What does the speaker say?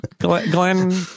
Glenn